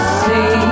see